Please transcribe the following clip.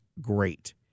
great